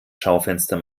schaufenster